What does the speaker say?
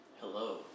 Hello